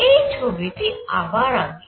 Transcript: এই ছবিটি আবার আঁকি